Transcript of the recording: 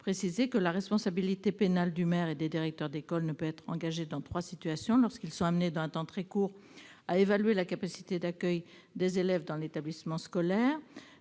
Gremillet, que la responsabilité pénale du maire et des directeurs d'école ne puisse pas être engagée dans trois situations : lorsqu'ils sont amenés à évaluer dans un temps très court la capacité d'accueil des élèves dans un établissement scolaire